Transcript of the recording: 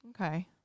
Okay